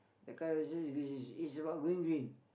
the colour of your shoes is is is about going green